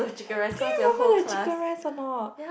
do you remember the chicken rice or not